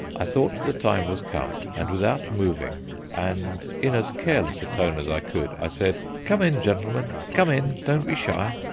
i thought the time was come, and without moving, and in as careless a tone as i could, i said come in, gentlemen, come in don't be shy.